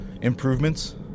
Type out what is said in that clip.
improvements